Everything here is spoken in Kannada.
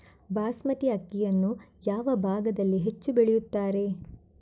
ಬಾಸ್ಮತಿ ಅಕ್ಕಿಯನ್ನು ಯಾವ ಭಾಗದಲ್ಲಿ ಹೆಚ್ಚು ಬೆಳೆಯುತ್ತಾರೆ?